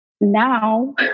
Now